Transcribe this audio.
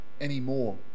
anymore